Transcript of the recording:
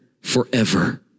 forever